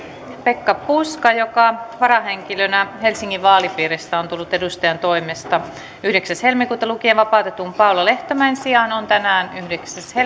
pekka puska joka varahenkilönä helsingin vaalipiiristä on tullut edustajantoimesta yhdeksäs toista kaksituhattaseitsemäntoista lukien vapautetun paula lehtomäen sijaan on tänään yhdeksäs